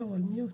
לילות